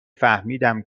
فهمیدم